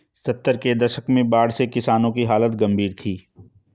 सत्तर के दशक में बाढ़ से किसानों की हालत गंभीर थी